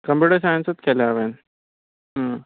computer सायन्सूच केल्या हांवें